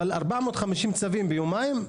אבל 450 צווים ביומיים?